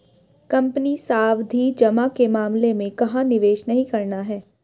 Company सावधि जमा के मामले में कहाँ निवेश नहीं करना है?